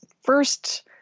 first